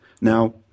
Now